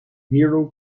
hero